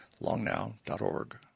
longnow.org